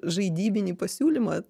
žaidybinį pasiūlymą